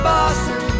Boston